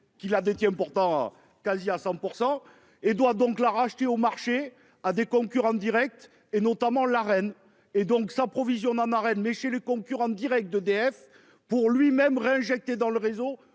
qui la détient pourtant quasi à 100% et doit donc la racheter au marché à des concurrents Directs et notamment la reine et donc sans provision ma marraine mais chez le concurrent Direct d'EDF pour lui-même réinjecté dans le réseau